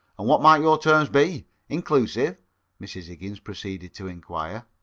and what might your terms be inclusive mrs. higgins proceeded to inquire.